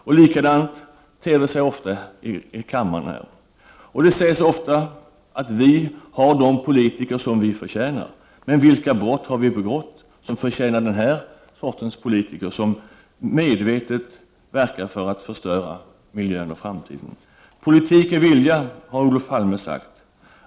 Och likadant ter det sig ofta i kammaren. Det sägs ofta att vi har de politiker som vi förtjänar. Men vilka brott har vi begått som förtjänar den sortens politiker, som medvetet verkar för att förstöra miljön och framtiden? ”Politik är vilja”, har Olof Palme sagt.